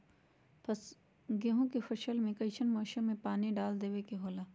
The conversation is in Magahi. गेहूं के फसल में कइसन मौसम में पानी डालें देबे के होला?